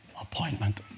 appointment